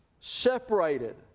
separated